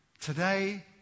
Today